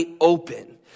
open